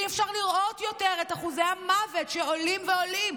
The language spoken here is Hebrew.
אי-אפשר לראות יותר את אחוזי המוות שעולים ועולים.